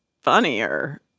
funnier